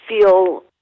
feel